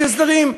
יש הסדרים.